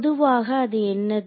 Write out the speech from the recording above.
பொதுவாக அது என்னது